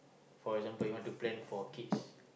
for example you want to plan for kids